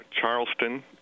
Charleston